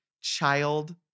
child